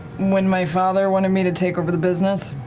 when my father wanted me to take over the business,